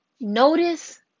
notice